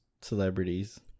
celebrities